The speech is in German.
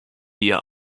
wir